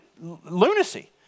lunacy